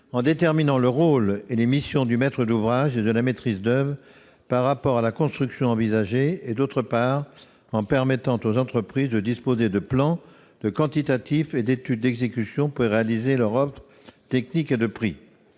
elle détermine le rôle et les missions du maître d'ouvrage et de la maîtrise d'oeuvre par rapport à la construction envisagée. D'autre part, elle permet aux entreprises de disposer de plans, de quantitatifs et d'études d'exécution pour réaliser leur offre technique et de prix.